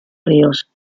ríos